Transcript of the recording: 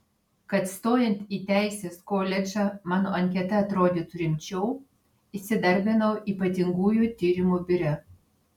kad stojant į teisės koledžą mano anketa atrodytų rimčiau įsidarbinau ypatingųjų tyrimų biure